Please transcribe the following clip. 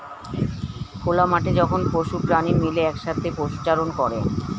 খোলা মাঠে যখন পশু প্রাণী মিলে একসাথে পশুচারণ করে